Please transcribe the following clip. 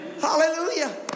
Hallelujah